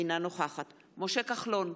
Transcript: אינה נוכחת משה כחלון,